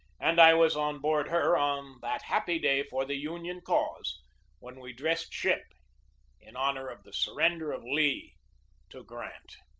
and i was on board her on that happy day for the union cause when we dressed ship in honor of the surrender of lee to grant.